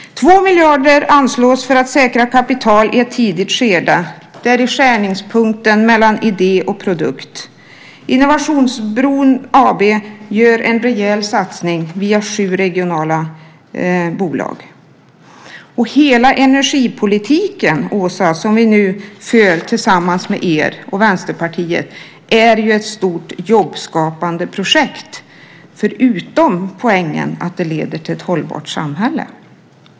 2 miljarder anslås för att säkra kapital i ett tidigt skede. Det är i skärningspunkten mellan idé och produkt. Innovationsbron AB gör en rejäl satsning via sju regionala bolag. Och hela energipolitiken, Åsa, som vi nu för tillsammans med er och Vänsterpartiet är ju ett stort jobbskapande projekt, förutom poängen att det leder till ett hållbart samhälle.